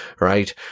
right